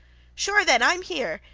sure then i'm here!